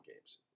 games